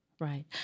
right